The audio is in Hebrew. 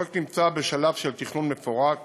הפרויקט נמצא בשלב של תכנון מפורט